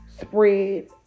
spread